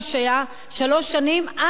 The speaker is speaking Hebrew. עד שיוחזר לארץ מוצאו,